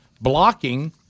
blocking